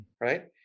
Right